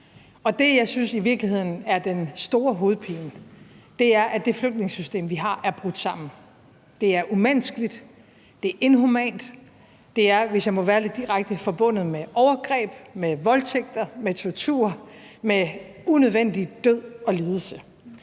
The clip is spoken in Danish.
og det, jeg i virkeligheden synes er den store hovedpine, er, at det flygtningesystem, vi har, er brudt sammen. Det er umenneskeligt, det er inhumant, og det er, hvis jeg må være lidt direkte, forbundet med overgreb, med voldtægter, med tortur, med unødvendig død og lidelse.